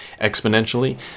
exponentially